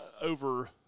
over